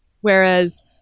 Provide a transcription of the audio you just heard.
Whereas